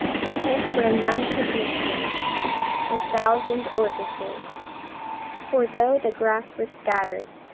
to pick where none could miss them a thousand orchises for though the grass was scattered,